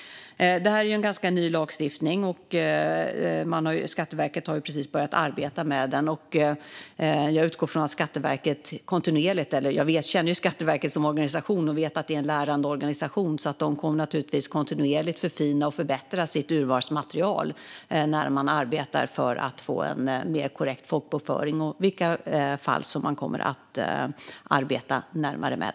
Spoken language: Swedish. Det här en ganska ny lagstiftning. Skatteverket har precis börjat att arbeta med den. Jag känner ju Skatteverket som organisation och vet att det är en lärande organisation. De kommer naturligtvis kontinuerligt att förfina och förbättra sitt urvalsmaterial för att få en mer korrekt folkbokföring och vilka fall som man kommer att arbeta närmare med.